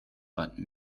but